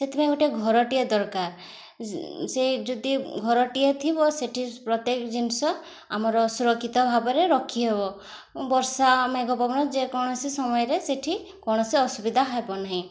ସେଥିପାଇଁ ଗୋଟେ ଘରଟିଏ ଦରକାର ସେ ଯଦି ଘରଟିଏ ଥିବ ସେଠି ପ୍ରତ୍ୟେକ ଜିନିଷ ଆମର ସୁରକ୍ଷିତ ଭାବରେ ରଖିହେବ ବର୍ଷା ମେଘ ପବନ ଯେକୌଣସି ସମୟରେ ସେଠି କୌଣସି ଅସୁବିଧା ହେବ ନାହିଁ